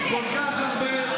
רק שאלה אלייך.